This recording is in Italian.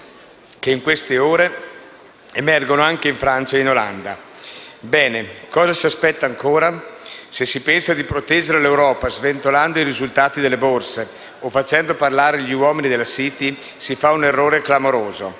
che in queste ore emergono anche in Francia e in Olanda. Bene. Cosa si aspetta ancora? Se si pensa di proteggere l'Europa sventolando i risultati delle borse o facendo parlare gli uomini della *City* si fa un errore clamoroso.